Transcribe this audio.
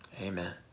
Amen